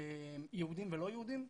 יהודיים ולא יהודיים,